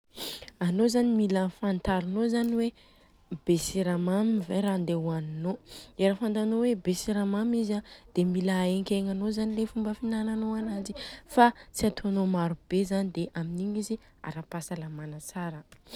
Anô zany mila fantarinô zany hoe be siramamy ve le raha handeha hoaninô. Dia raha fantanô hoe be siramamy izy a dia mila aenkegnanô zany le fihinananô ananjy fa tsy atônao maro be zany dia amin'igny izy ara-pahasalamana tsara.